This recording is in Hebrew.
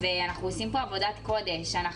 מרומם נפש,